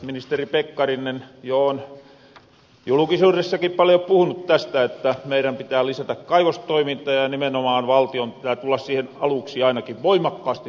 ministeri pekkarinen jo on julkisuuressakin paljon puhunu tästä että meidän pitää lisätä kaivostoimintaa ja nimenomaan valtion pitää tulla siihen aluksi ainakin voimakkaasti mukaan